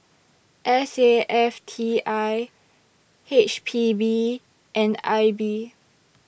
S A F T I H P B and I B